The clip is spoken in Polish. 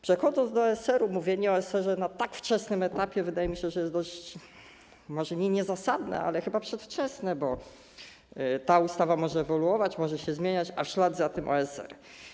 Przechodząc do OSR, mówienie o OSR na tak wczesnym etapie, wydaje mi się, jest dość może nie niezasadne, ale chyba przedwczesne, bo ta ustawa może ewaluować, może się zmieniać, a w ślad za tym OSR.